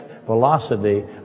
velocity